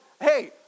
hey